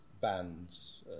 bands